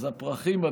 אז הפרחים,